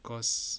cause